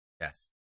Yes